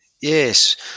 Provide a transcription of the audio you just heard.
Yes